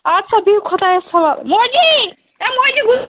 ادٕ سا بِہِیو خۄدایس حوالہٕ موجی اے موجی گُلہٕ